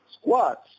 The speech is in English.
Squats